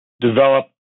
develop